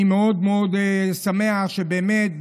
אני מאוד מאוד שמח שבאמת,